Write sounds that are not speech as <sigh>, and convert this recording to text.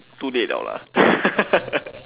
too late [liao] lah <laughs>